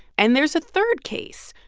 and there's a third case.